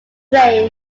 drain